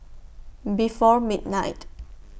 before midnight